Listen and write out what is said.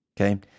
Okay